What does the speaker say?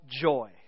joy